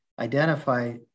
identify